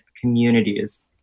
communities